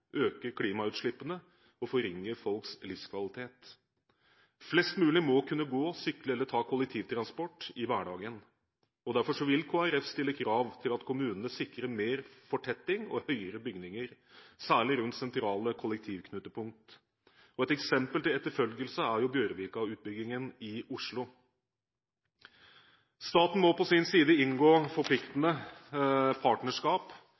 øker klimautslippene og forringer folks livskvalitet. Flest mulig må kunne gå, sykle eller bruke kollektivtransport i hverdagen. Derfor vil Kristelig Folkeparti stille krav til at kommunene sikrer mer fortetting og høyere bygninger, særlig rundt sentrale kollektivknutepunkt. Et eksempel til etterfølgelse er Bjørvika-utbyggingen i Oslo. Staten må på sin side inngå forpliktende partnerskap